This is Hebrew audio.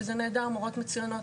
וזה נהדר, מורות מצוינות.